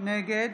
נגד